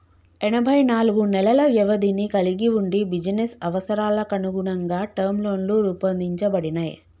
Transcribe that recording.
ఎనబై నాలుగు నెలల వ్యవధిని కలిగి వుండి బిజినెస్ అవసరాలకనుగుణంగా టర్మ్ లోన్లు రూపొందించబడినయ్